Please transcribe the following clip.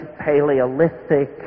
paleolithic